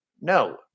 No